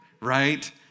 right